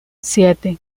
siete